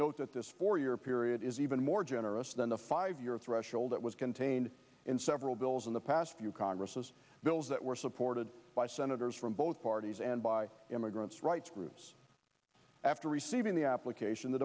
note that this four year period is even more generous than the five year threshold that was contained in several bills in the past few congresses bills that were supported by senators from both parties and by immigrants rights groups after receiving the application the